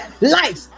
life